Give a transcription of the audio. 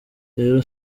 rero